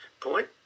point